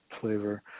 Flavor